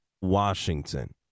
Washington